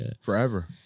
forever